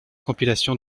compilations